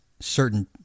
certain